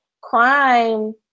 crime-